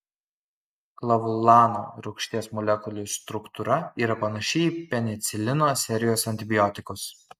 klavulano rūgšties molekulių struktūra yra panaši į penicilino serijos antibiotikus